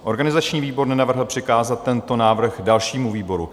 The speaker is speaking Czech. Organizační výbor nenavrhl přikázat tento návrh dalšímu výboru.